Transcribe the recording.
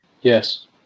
Yes